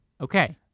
Okay